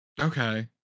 Okay